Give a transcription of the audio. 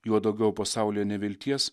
juo daugiau pasaulyje nevilties